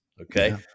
okay